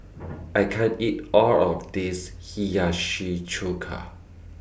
I can't eat All of This Hiyashi Chuka